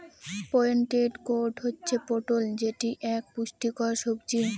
pointed gourd হচ্ছে পটল যেটি এক পুষ্টিকর সবজি